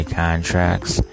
contracts